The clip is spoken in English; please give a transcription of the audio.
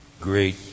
great